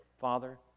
Father